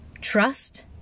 trust